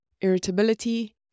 irritability